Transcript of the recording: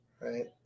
right